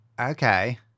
Okay